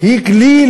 היא כלי